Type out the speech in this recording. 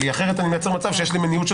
אחרת אני מייצר מצב שיש לי מניעות של